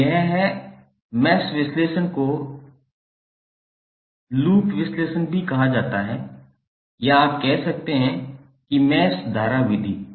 अब यह है मैश विश्लेषण को लूप विश्लेषण भी कहा जाता है या आप कह सकते हैं कि मैश धारा विधि